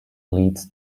leads